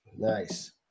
Nice